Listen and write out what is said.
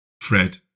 Fred